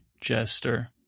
Jester